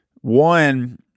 one